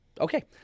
Okay